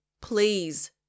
please